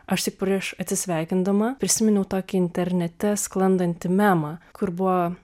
aš tik prieš atsisveikindama prisiminiau tokį internete sklandantį memą kur buvo